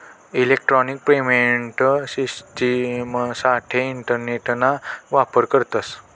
electronic payment शिश्टिमसाठे इंटरनेटना वापर करतस